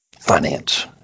finance